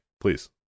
Please